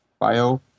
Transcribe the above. bio